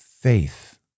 faith